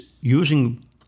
using